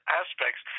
aspects